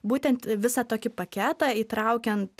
būtent visą tokį paketą įtraukiant